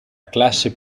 classe